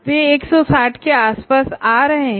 वे 160 के आसपास आ रहे हैं